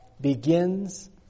begins